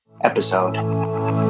episode